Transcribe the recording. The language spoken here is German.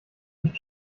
nicht